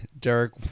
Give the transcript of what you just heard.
Derek